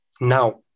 now